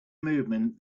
movement